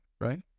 right